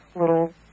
little